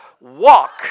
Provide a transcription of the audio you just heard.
walk